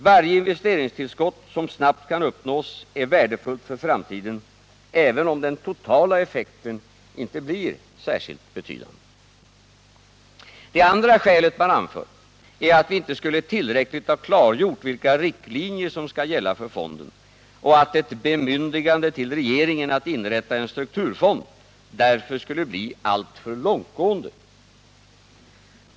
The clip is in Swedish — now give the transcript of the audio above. Varje investeringstillskott som snabbt kan uppnås är värdefullt för framtiden, även om den totala effekten inte blir ”särskilt betydande”. Det andra skälet som man anför är att vi inte skulle tillräckligt ha klargjort vilka riktlinjer som skall gälla för fonden och att ett bemyndigande till regeringen att inrätta en strukturfond därför skulle bli alltför långtgående.